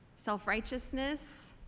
self-righteousness